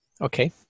okay